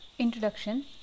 Introduction